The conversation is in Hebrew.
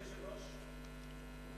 אדוני היושב-ראש,